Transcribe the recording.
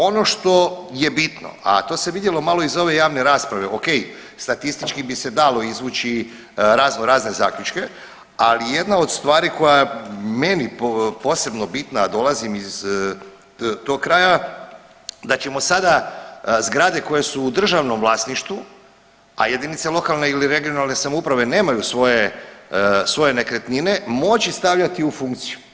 Ono što je bitno, a to se vidjelo malo iz ove javne rasprave, o.k. statistički bi se dalo izvući razno razne zaključke, ali jedna od stvari koja je meni posebno bitna, a dolazim iz tog kraja, da ćemo sada zgrade koje su u državnom vlasništvu, a jedince lokalne ili regionalne samouprave nemaju svoje nekretnine moći stavljati u funkciju.